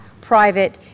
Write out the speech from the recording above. private